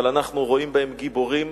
אבל אנחנו רואים בהם גיבורים,